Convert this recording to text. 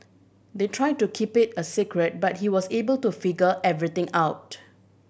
they tried to keep it a secret but he was able to figure everything out